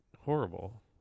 horrible